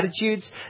attitudes